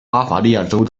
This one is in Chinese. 巴伐利亚州